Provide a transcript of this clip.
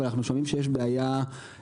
בתהליכי הקמה ואנו שומעים שיש בעיה קשה